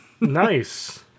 Nice